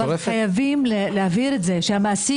אבל חייבים להבהיר את זה שהמעסיק,